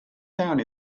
town